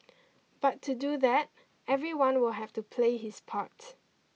but to do that everyone will have to play his part